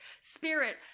spirit